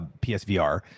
psvr